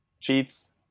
Cheats